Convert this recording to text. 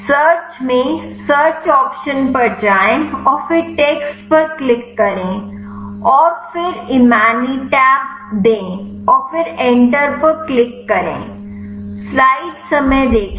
search में search option पर जाएं और फिर टेक्स्ट पर क्लिक करें और फिर इमैटिनिब दें और फिर एंटर पर क्लिक करें